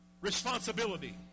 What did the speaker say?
responsibility